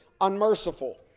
unmerciful